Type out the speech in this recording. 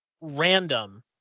random